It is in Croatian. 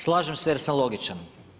Slažem se jer sam logičan.